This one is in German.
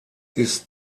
ist